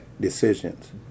Decisions